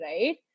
right